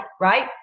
right